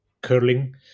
curling